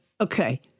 okay